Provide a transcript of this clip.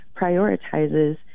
prioritizes